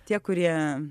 tie kurie